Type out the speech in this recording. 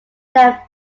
that